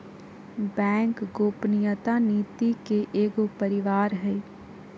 bank गोपनीयता नीति के एगो परिवार हइ